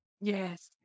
Yes